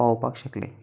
पावोपाक शकले